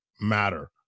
matter